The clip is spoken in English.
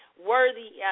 worthy